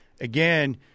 again